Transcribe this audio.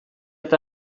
eta